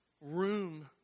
room